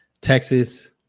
Texas